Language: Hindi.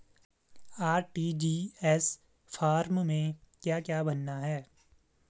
आर.टी.जी.एस फार्म में क्या क्या भरना है?